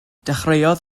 dechreuodd